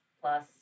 plus